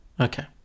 Okay